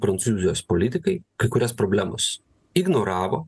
prancūzijos politikai kai kurias problemos ignoravo